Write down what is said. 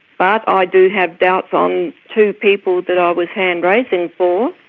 but i do have doubts on two people that i was hand raising for.